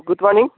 good morning